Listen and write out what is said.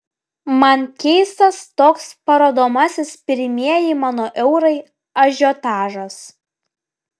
man keistas toks parodomasis pirmieji mano eurai ažiotažas